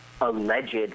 alleged